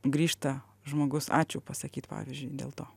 grįžta žmogus ačiū pasakyt pavyzdžiui dėl to